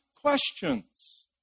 questions